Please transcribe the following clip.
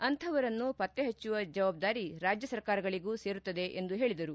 ಅಂತಹವರನ್ನು ಪತ್ತಹಚ್ಚುವ ಜವಾಬ್ದಾರಿ ರಾಜ್ಯಸರ್ಕಾರಗಳಿಗೂ ಸೇರುತ್ತದೆ ಎಂದು ಹೇಳಿದರು